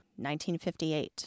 1958